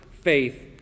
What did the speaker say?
faith